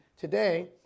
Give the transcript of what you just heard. today